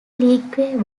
league